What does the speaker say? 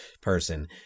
person